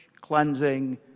cleansing